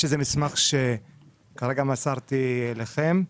יש מסמך שכרגע מסרתי לכם,